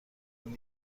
این